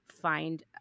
find